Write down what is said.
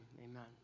amen